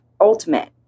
Ultimate